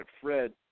Fred